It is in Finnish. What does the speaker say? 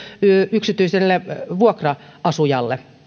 yksityiselle vuokra asujalle